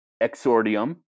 exordium